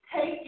take